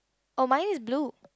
oh mine is blue